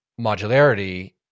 modularity